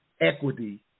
equity